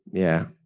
yeah,